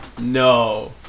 No